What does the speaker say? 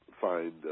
find